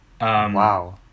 Wow